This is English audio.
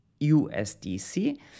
USDC